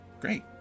Great